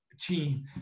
team